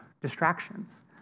distractions